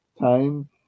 time